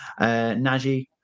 Najee